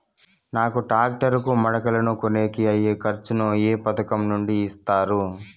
నాకు టాక్టర్ కు మడకలను కొనేకి అయ్యే ఖర్చు ను ఏ పథకం నుండి ఇస్తారు?